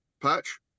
Patch